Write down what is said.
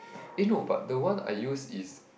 eh no but the one I use is